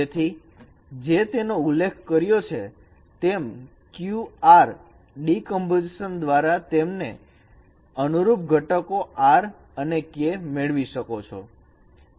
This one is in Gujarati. તેથી જે તેનો ઉલ્લેખ કર્યો છે તેમ QR ડીકમ્પોઝિશન દ્વારા તમે તેમને અનુરૂપ ઘટકો R અને K મેળવી શકો છો